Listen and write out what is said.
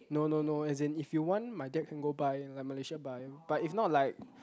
no no no as in if you want my dad can go buy like Malaysia buy but if not like